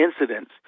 incidents